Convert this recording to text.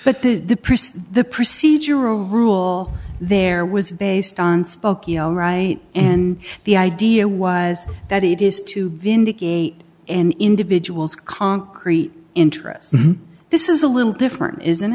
but the priest the procedural rule there was based on spokeo right and the idea was that it is to vindicate an individual's concrete interests this is a little different isn't